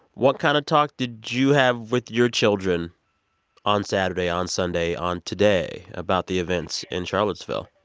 what kind of talk did you have with your children on saturday, on sunday, on today about the events in charlottesville?